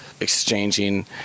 exchanging